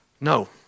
No